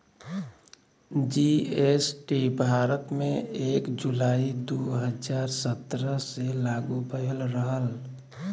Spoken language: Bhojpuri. जी.एस.टी भारत में एक जुलाई दू हजार सत्रह से लागू भयल रहल